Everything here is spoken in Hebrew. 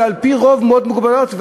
ועל-פי רוב מאוד מוגבלות.